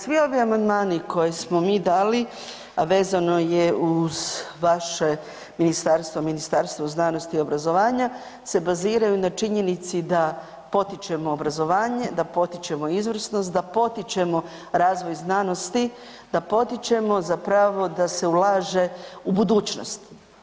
Dakle svi ovi amandmani koje smo mi dali, a vezano je uz vaše ministarstvo, Ministarstvo znanosti i obrazovanja se baziraju na činjenici da potičemo obrazovanje, da potičemo izvrsnost, da potičemo razvoj znanosti, da potičemo da se ulaže u budućnost.